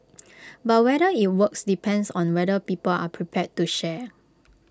but whether IT works depends on whether people are prepared to share